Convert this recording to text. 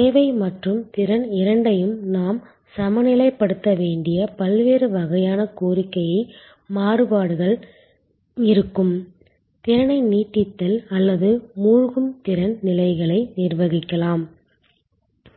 தேவை மற்றும் திறன் இரண்டையும் நாம் சமநிலைப்படுத்த வேண்டிய பல்வேறு வகையான கோரிக்கை மாறுபாடுகள் இருக்கும் திறனை நீட்டித்தல் அல்லது மூழ்கும் திறன் நிலைகளை நிர்வகிக்கலாம்